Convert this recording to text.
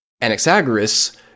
Anaxagoras